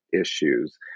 issues